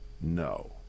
no